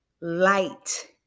light